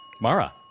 Mara